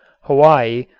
hawaii,